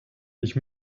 ich